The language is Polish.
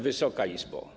Wysoka Izbo!